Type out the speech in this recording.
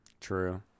true